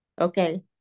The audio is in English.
okay